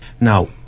Now